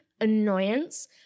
annoyance